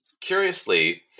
curiously